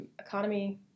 economy